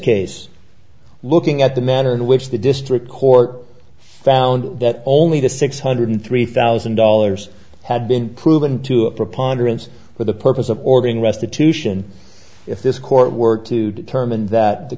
case looking at the manner in which the district court found that only the six hundred three thousand dollars had been proven to a preponderance for the purpose of organ restitution if this court were to determine that the